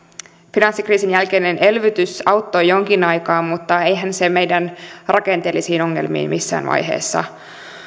finanssikriisin jälkeinen elvytys auttoi jonkin aikaa mutta eihän se meidän rakenteellisiin ongelmiimme missään vaiheessa